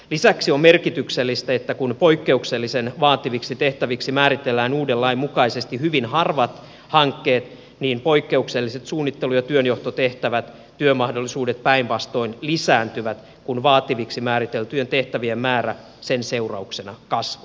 lisäksi on merkityksellistä että kun poikkeuksellisen vaativiksi tehtäviksi määritellään uuden lain mukaisesti hyvin harvat hankkeet niin poikkeukselliset suunnittelu ja työnjohtotehtävät työmahdollisuudet päinvastoin lisääntyvät kun vaativiksi määriteltyjen tehtävien määrä sen seurauksena kasvaa